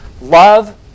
Love